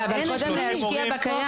ואז כשסוגרים אז 30 הורים נאלצים לשבת בבית.